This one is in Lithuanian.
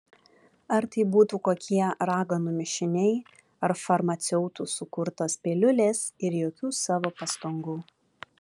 ar tai būtų kokie raganų mišiniai ar farmaceutų sukurtos piliulės ir jokių savo pastangų